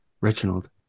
Reginald